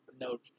no